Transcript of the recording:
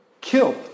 killed